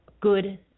good